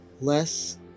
less